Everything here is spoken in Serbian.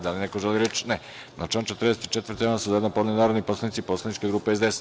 Da li neko želi reč? (Ne) Na član 44. amandman su zajedno podneli narodni poslanici poslaničke grupe SDS.